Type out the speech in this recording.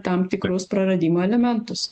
tam tikrus praradimo elementus